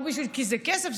כי זה כסף,